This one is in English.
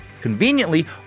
Conveniently